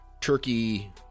turkey